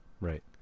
Right